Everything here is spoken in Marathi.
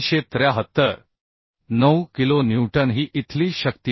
9 किलो न्यूटन ही इथली शक्ती आहे